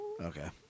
Okay